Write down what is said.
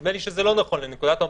נדמה לי שזה לא נכון מנקודת מבטי.